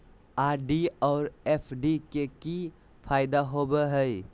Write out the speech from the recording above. RD और FD के की फायदा होबो हइ?